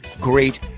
great